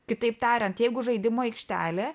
kitaip tariant jeigu žaidimų aikštelė